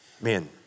Man